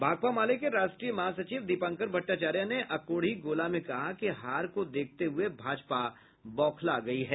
भाकपा माले के राष्ट्रीय महासचिव दीपांकर भट्टाचार्या ने अकोढ़ीगोला में कहा कि हार को देखते हुये भाजपा बौखला गयी है